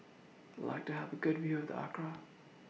I'd like to Have A Good View of Accra